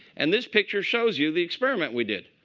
and this picture shows you the experiment we did.